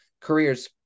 careers